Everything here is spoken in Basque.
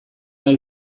nahi